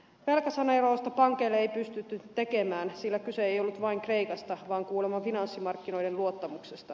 velkasaneerausta pankeille ei pystytty tekemään sillä kyse ei ollut vain kreikasta vaan kuulemma finanssimarkkinoiden luottamuksesta